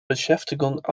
beschäftigung